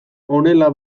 honela